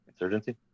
Insurgency